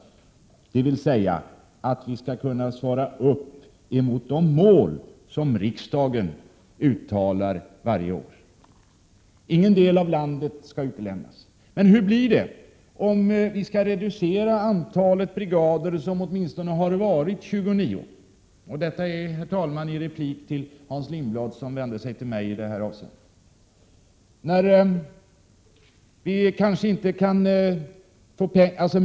Det är det säkerhetspolitiska mål som riksdagen uttalar varje år. Ingen del av vårt land skall utelämnas. Men hur blir det om vi kraftigt skall reducera antalet brigader, som varit 29 till antalet? Detta är, herr talman, en replik till 35 Prot. 1987/88:131 Hans Lindblad som vände sig till mig i detta avseende.